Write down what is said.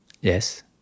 Yes